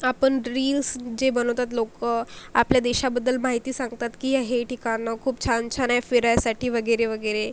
आपण रील्स जे बनवतात लोक आपल्या देशाबद्दल माहिती सांगतात की हे ठिकाणं खूप छान छान आहे फिरायसाठी वगैरे वगैरे